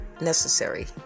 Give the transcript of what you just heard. necessary